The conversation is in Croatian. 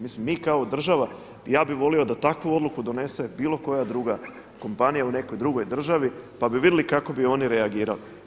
Mislim mi kao država, ja bi volio da takvu odluku donese bilo koja druga kompanija u nekoj drugoj državi pa bi vidjeli kako bi oni reagirali.